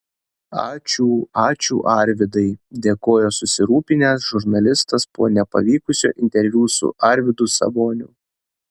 ačiū ačiū arvydai dėkojo susirūpinęs žurnalistas po nepavykusio interviu su arvydu saboniu